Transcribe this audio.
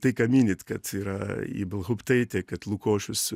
tai ką minit kad yra ibelhauptaitė kad lukošius